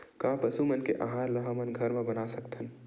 का पशु मन के आहार ला हमन घर मा बना सकथन?